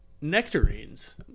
Nectarines